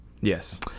Yes